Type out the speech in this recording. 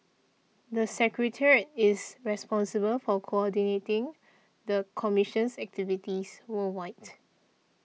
the secretariat is responsible for coordinating the commission's activities worldwide